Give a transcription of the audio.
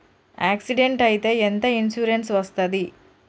Accident అయితే ఎంత insurance వస్తది?